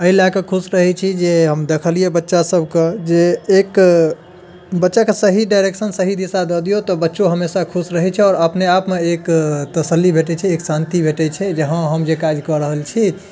एहि लैकऽ खुश रहैत छी जे हम दखलियै बच्चा सभकऽ जे एक बच्चा कऽ सही डाइरेक्शन सही दिशा दऽ दिऔ तऽ बच्चो हमेशा खुश रहैत छै आओर अपने आपमे एक तसल्ली भेटैत छै एक शान्ति भेटैत छै जे हँ हम जे काज कऽ रहल छी